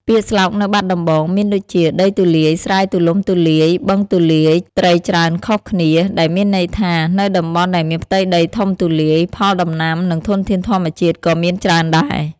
ពាក្យស្លោកនៅបាត់ដំបងមានដូចជា "ដីទូលាយស្រែទូលំទូលាយ បឹងទូលាយត្រីច្រើនខុសគ្នា" ដែលមានន័យថា នៅតំបន់ដែលមានផ្ទៃដីធំទូលាយ ផលដំណាំ និងធនធានធម្មជាតិក៏មានច្រើនដែរ។